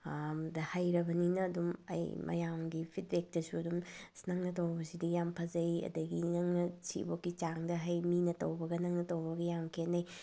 ꯍꯩꯔꯕꯅꯤꯅ ꯗꯨꯝ ꯑꯩ ꯃꯌꯥꯝꯒꯤ ꯐꯤꯠꯕꯦꯛꯇꯁꯨ ꯑꯗꯨꯝ ꯑꯁ ꯅꯪꯅ ꯇꯧꯕꯁꯤꯗꯤ ꯌꯥꯝ ꯐꯖꯩ ꯑꯗꯒꯤ ꯅꯪꯅ ꯁꯤꯕꯣꯛꯀꯤ ꯆꯥꯡꯗ ꯍꯩ ꯃꯤꯅ ꯇꯧꯕꯒ ꯅꯪꯅ ꯇꯧꯕꯒ ꯌꯥꯝ ꯈꯦꯅꯩ